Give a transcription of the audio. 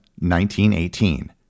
1918